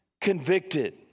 convicted